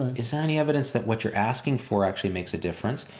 is there any evidence that what you're asking for actually makes a difference?